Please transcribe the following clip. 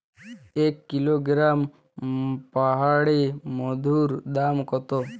এক কিলোগ্রাম পাহাড়ী মধুর দাম কত?